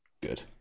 Good